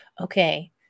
okay